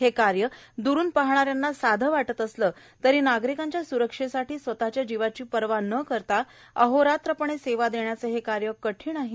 हे कार्य द्रून पाहणा यांना साधे वाटत असले तरी नागरिकांच्या सुरक्षेसाठी स्वतच्या जीवाची पर्वा न करता अहोरात्रपणे सेवा देण्याचे हे कार्य कठीण आहे